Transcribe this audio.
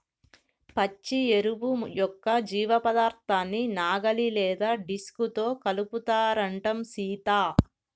పచ్చి ఎరువు యొక్క జీవపదార్థాన్ని నాగలి లేదా డిస్క్ తో కలుపుతారంటం సీత